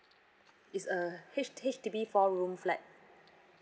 it's a H H_D_B four room flat